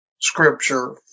Scripture